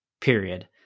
period